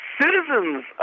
citizens